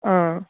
ஆ